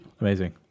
Amazing